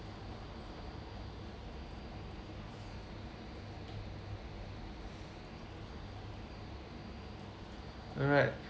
alright